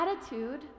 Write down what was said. attitude